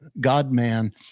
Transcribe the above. God-man